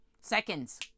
Seconds